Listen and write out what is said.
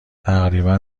تقریبا